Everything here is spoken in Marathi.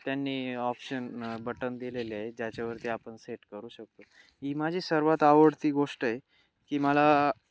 त्यांनी ऑप्शन बटन दिलेले आहे ज्याच्यावरती आपण सेट करू शकतो ही माझी सर्वात आवडती गोष्ट आहे की मला